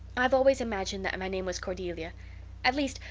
i've always imagined that my name was cordelia at least,